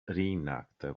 reenact